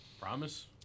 Promise